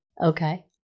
Okay